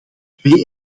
twee